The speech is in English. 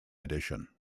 addition